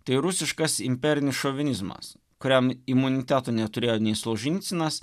tai rusiškas imperinis šovinizmas kuriam imuniteto neturėjo nei solženicynas